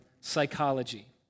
psychology